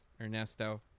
Ernesto